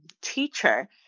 teacher